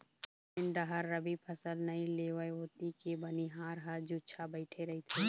जेन डाहर रबी फसल नइ लेवय ओती के बनिहार ह जुच्छा बइठे रहिथे